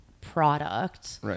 product